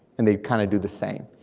and they kind of do the same.